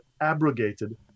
abrogated